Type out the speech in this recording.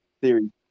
Theory